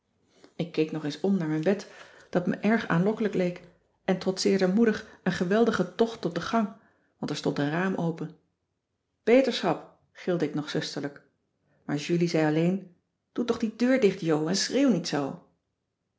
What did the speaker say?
ik keek nog eens om naar mijn bed dat me erg cissy van marxveldt de h b s tijd van joop ter heul aanlokkelijk leek en trotseerde moedig een geweldige tocht op de gang want er stond een raam open beterschap gilde ik nog zusterlijk maar julie zei alleen doe toch die deur dicht jo en schreeuw niet zoo